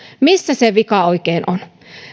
missä se vika oikein on